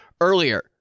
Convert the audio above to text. earlier